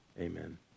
amen